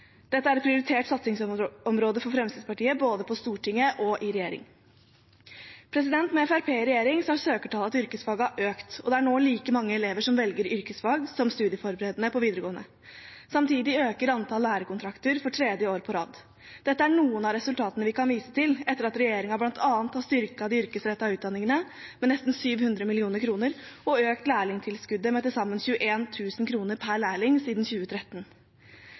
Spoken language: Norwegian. Dette er et prioritert satsingsområde for Fremskrittspartiet, både på Stortinget og i regjering. Med Fremskrittspartiet i regjering har søkertallene til yrkesfagene økt, og det er nå like mange elever som velger yrkesfag som studieforberedende på videregående. Samtidig øker antall lærekontrakter for tredje år på rad. Dette er noen av resultatene vi kan vise til etter at regjeringen bl.a. har styrket de yrkesrettede utdanningene med nesten 700 mill. kr, og økt lærlingtilskuddet med til sammen 21 000 kr per lærling siden 2013.